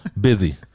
Busy